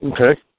Okay